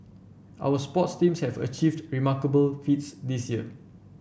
our sports teams have achieved remarkable feats this year